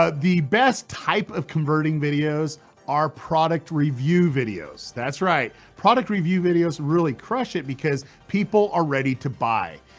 ah the best type of converting videos are product review videos, that's right. product review video videos really crush it, because people are ready to buy,